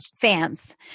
Fans